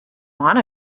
want